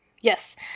yes